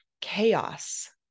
chaos